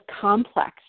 complex